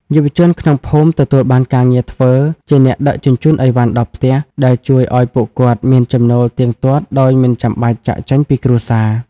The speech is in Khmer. យុវជនក្នុងភូមិទទួលបានការងារធ្វើជាអ្នកដឹកជញ្ជូនអីវ៉ាន់ដល់ផ្ទះ ដែលជួយឱ្យពួកគាត់មានចំណូលទៀងទាត់ដោយមិនចាំបាច់ចាកចេញពីគ្រួសារ។